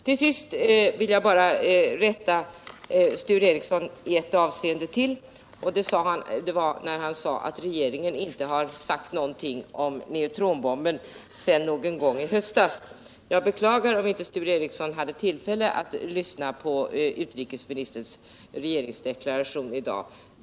Till sist vill jag bara rätta Sture Ericson i ett avseende till. Han förklarade att regeringen inte sagt någonting om neutronbomben sedan någon gång i höstas. Jag beklagar om Sture Ericson inte hade tillfälle att lyssna när utrikesministern i dag föredrog regeringens deklaration.